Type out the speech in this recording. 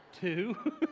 two